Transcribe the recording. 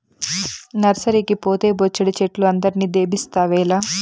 నర్సరీకి పోతే బొచ్చెడు చెట్లు అందరిని దేబిస్తావేల